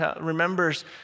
remembers